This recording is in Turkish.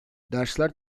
dersler